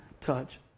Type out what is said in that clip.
touch